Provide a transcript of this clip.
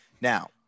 Now